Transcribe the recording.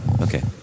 Okay